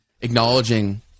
acknowledging